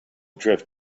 drift